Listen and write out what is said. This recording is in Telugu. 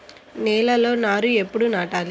నేలలో నారు ఎప్పుడు నాటాలి?